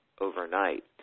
overnight